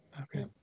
Okay